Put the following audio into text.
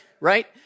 right